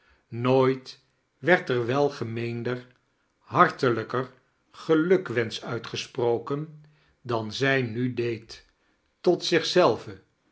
nooit werd er welgemeender hartelijker gelukwensch uitgesproken dan zij nu deed tot